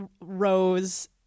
Rose